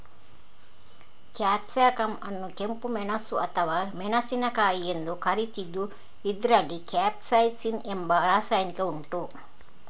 capsicum ಅನ್ನು ಕೆಂಪು ಮೆಣಸು ಅಥವಾ ಮೆಣಸಿನಕಾಯಿ ಎಂದು ಕರೀತಿದ್ದು ಇದ್ರಲ್ಲಿ ಕ್ಯಾಪ್ಸೈಸಿನ್ ಎಂಬ ರಾಸಾಯನಿಕ ಉಂಟು